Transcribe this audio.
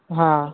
हा